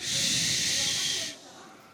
משה ארבל,